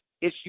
issue